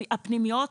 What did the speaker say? הפנימיות,